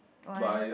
why